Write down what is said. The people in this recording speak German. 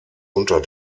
unter